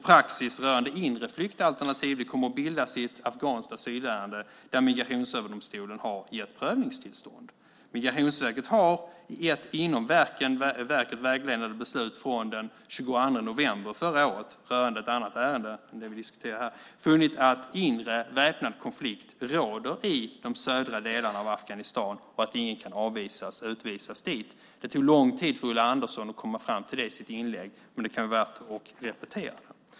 Praxis rörande inre flyktalternativ kommer att bildas i ett afghanskt asylärende där Migrationsöverdomstolen har gett prövningstillstånd. Migrationsverket har inom verket i ett vägledande beslut från den 22 november förra året rörande ett annat ärende än det vi diskuterar här funnit att inre väpnad konflikt råder i de södra delarna av Afghanistan och att ingen kan utvisas dit. Det tog lång tid för Ulla Andersson att komma fram till det i sitt inlägg, men det kan vara värt att repetera.